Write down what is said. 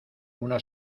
una